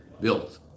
built